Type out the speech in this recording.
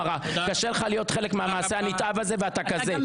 קשה לך להיות חלק מהמעשה הנתעב הזה, אבל אתה כזה.